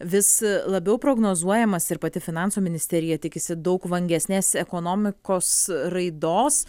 vis labiau prognozuojamas ir pati finansų ministerija tikisi daug vangesnės ekonomikos raidos